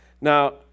Now